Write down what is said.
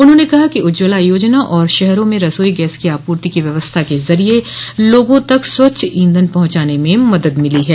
उन्होंने कहा कि उज्ज्वला योजना और शहरों में रसोई गैस की आपूर्ति की व्यवस्था के जरिये लोगों तक स्वच्छ ईंधन पहुंचाने में मदद मिली है